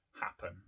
happen